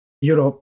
Europe